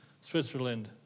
Switzerland